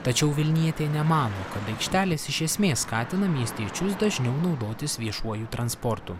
tačiau vilnietė nemano kad aikštelės iš esmės skatina miestiečius dažniau naudotis viešuoju transportu